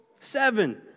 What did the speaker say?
seven